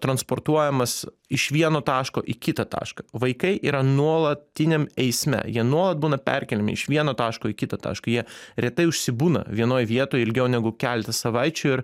transportuojamas iš vieno taško į kitą tašką vaikai yra nuolatiniam eisme jie nuolat būna perkeliami iš vieno taško į kitą tašką jie retai užsibūna vienoj vietoj ilgiau negu keletą savaičių ir